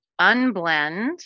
unblend